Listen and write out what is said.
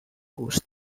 gust